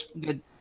Good